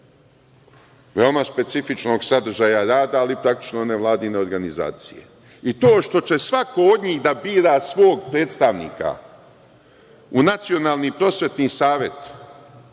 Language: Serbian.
veoma specifičnog sadržaja rada, ali praktično nevladine organizacije. I to što će svako od njih da bira svog predstavnika u Nacionalni prosvetni savet,